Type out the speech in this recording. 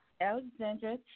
Alexandra